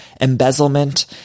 embezzlement